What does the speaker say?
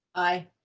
i.